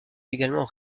également